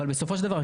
אבל בסופו של דבר,